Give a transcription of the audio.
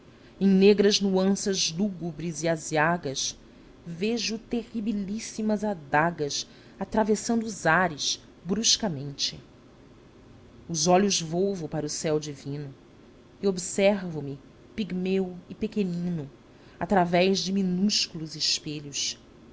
negras nuanças lúgubres e aziagas vejo terribilíssimas adagas atravessando os ares bruscamente os olhos volvo para o céu divino e observo me pigmeu e pequenino através de minúsculos espelhos